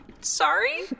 Sorry